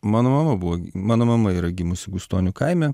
mano mama buvo mano mama yra gimusi gustonių kaime